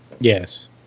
Yes